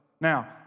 Now